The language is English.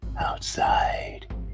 outside